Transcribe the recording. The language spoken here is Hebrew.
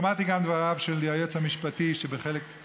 שמעתי גם את דבריו של היועץ המשפטי של הממשלה,